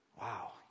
Wow